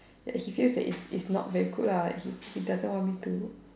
that he feel that it's it's not very good ah he he doesn't want me to